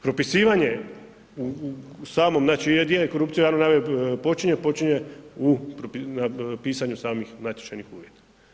Propisivanje u samom, znači ovaj dio korupcije u javnoj nabavi počinje, počinje u pisanju samih natječajnih uvjeta.